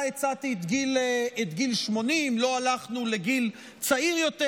הצעתי את גיל 80. לא הלכנו לגיל צעיר יותר,